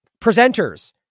presenters